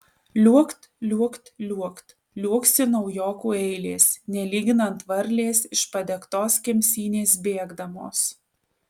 liuokt liuokt liuokt liuoksi naujokų eilės nelyginant varlės iš padegtos kemsynės bėgdamos